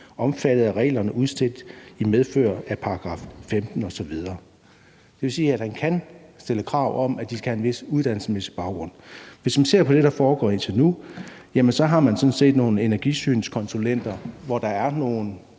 omfattet af regler udstedt i medfør af § 15, stk. 1, eller § 16, stk. 1.« Det vil sige, at han kan stille krav om, at de skal have en vis uddannelsesmæssig baggrund. Hvis man ser på det, der er foregået indtil nu, har man sådan set nogle energisynskonsulenter, til hvem der er nogle